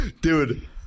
Dude